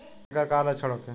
ऐकर का लक्षण होखे?